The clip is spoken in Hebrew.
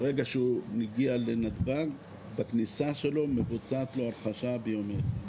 ברגע שהוא מגיע לנתב"ג בכניסה שלו מבוצעת לו הרכשה ביומטרית.